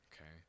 okay